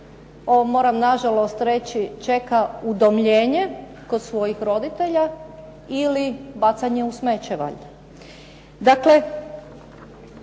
moram na žalost reći čeka udomljenje kod svojih roditelja ili baca u smeće valjda.